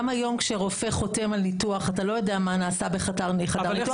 גם היום כשרופא חותם על ניתוח אתה לא יודע מה נעשה בחדר ניתוח,